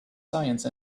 science